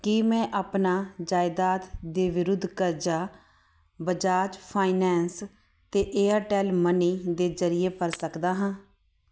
ਕੀ ਮੈਂ ਆਪਣਾ ਜਾਇਦਾਦ ਦੇ ਵਿਰੁੱਧ ਕਰਜ਼ਾ ਬਜਾਜ ਫਾਈਨੈਂਸ ਅਤੇ ਏਅਰਟੈੱਲ ਮਨੀ ਦੇ ਜ਼ਰੀਏ ਭਰ ਸਕਦਾ ਹਾਂ